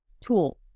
tool